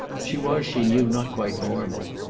she was, she knew, not quite normal,